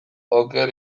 oker